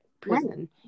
prison